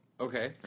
Okay